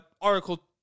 article